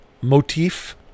motif